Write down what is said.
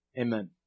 Amen